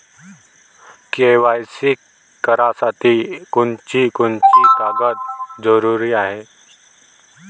KYC करासाठी कोनची कोनची कागद जरुरी हाय?